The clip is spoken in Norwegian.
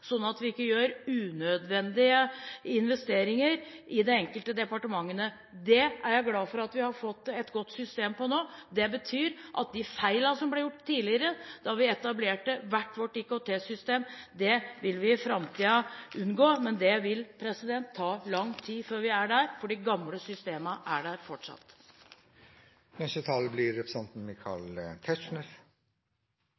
vi ikke gjør unødvendige investeringer i de enkelte departementene. Det er jeg glad for at vi har fått et godt system på nå. Det betyr at de feilene som ble gjort tidligere da vi etablerte hvert vårt IKT-system, vil vi i framtiden unngå. Men det vil ta lang tid før vi er der, for de gamle systemene er der